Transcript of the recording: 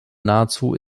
nahezu